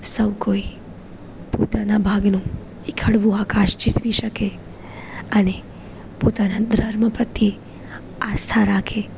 સૌ કોઈ પોતાના ભાગનું એક હળવું આકાશ ઝીલવી શકે અને પોતાના ધર્મ પ્રત્યે આસ્થા રાખે